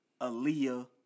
Aaliyah